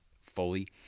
fully